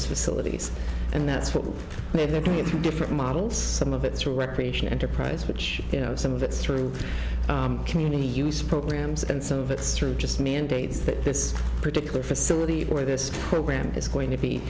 facilities and that's what they're doing in two different models some of it's recreation enterprise which you know some of it's through community use programs and some of it's through just mandates that this particular facility or this program is going to be